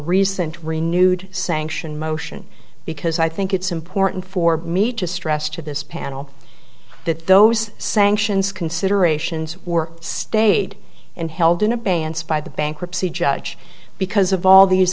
recent renewed sanction motion because i think it's important for me to stress to this panel that those sanctions considerations were stayed and held in a benz by the bankruptcy judge because of all these